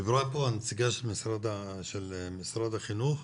דיברה כאן נציגת משרד החינוך,